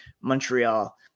Montreal